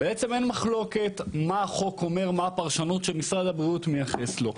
אין מחלוקת מה החוק אומר ומה הפרשנות שמשרד הבריאות מייחס לו.